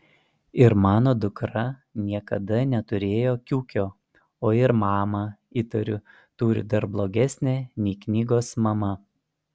ir mano dukra niekada neturėjo kiukio o ir mamą įtariu turi dar blogesnę nei knygos mama